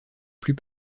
plus